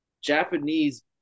Japanese